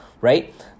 right